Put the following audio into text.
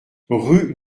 rue